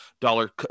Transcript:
dollar